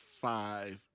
five